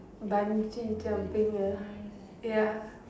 bun ah ya